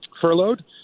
furloughed